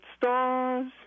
stars